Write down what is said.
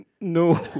No